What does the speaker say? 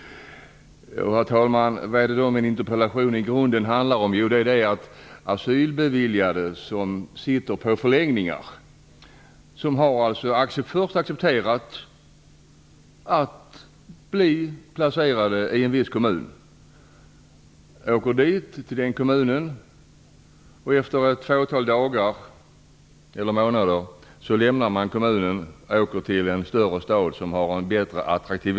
Herr talman! Vad handlar då min interpellation egentligen om? Jo, det gäller t.ex. personer som har beviljats asyl och som sitter på förläggningar. De har först accepterat att bli placerade i en viss kommun. De åker till den kommunen. Efter ett fåtal dagar eller möjligen ett par månader lämnar de kommunen och åker till en större stad som är mera attraktiv.